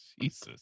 Jesus